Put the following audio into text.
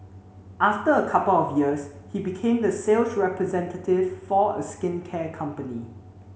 after a couple of years he became the sales representative for a skincare company